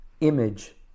image